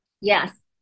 yes